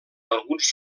alguns